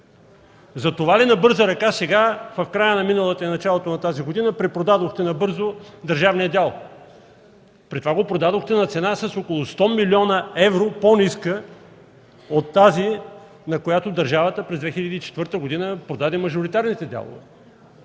Затова ли на бърза ръка сега, в края на миналата и в началото на тази година, препродадохте набързо държавния дял? При това го продадохте на цена с около 100 млн. евро по-ниска от тази, на която държавата през 2004 г. продаде мажоритарните дялове.